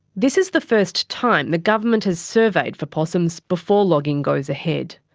this is the first time the government has surveyed for possums before logging goes ahead.